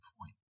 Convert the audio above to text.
point